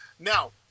Now